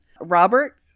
Robert